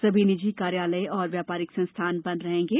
सभी निजी कार्यालय एवं व्यापारिक संस्थान बंद रहेंगे